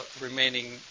remaining